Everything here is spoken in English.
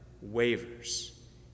wavers